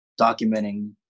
Documenting